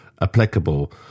applicable